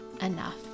enough